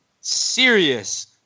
serious